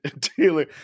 Taylor